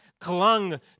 clung